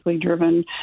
driven